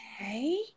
okay